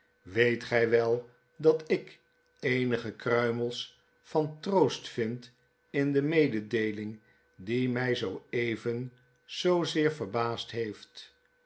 weet gy wel dat ik eenige kruimels van troost vind in de mededeeling die my zoo even zoozeer verbaasd heeft